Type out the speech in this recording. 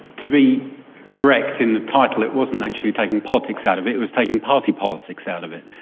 to be correct in the title, it wasn't actually taking politics out of it, it was taking party politics out of it,